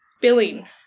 billing